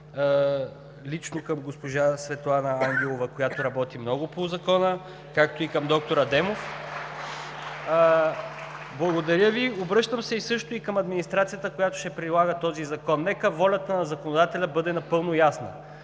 лично към госпожа Светлана Ангелова, която работи много по Закона (ръкопляскания от ГЕРБ), както и към доктор Адемов. Благодаря Ви. Обръщам се също и към администрацията, която ще прилага този закон. Нека волята на законодателя бъде напълно ясна.